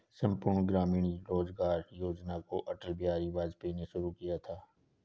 संपूर्ण ग्रामीण रोजगार योजना को अटल बिहारी वाजपेयी ने शुरू किया था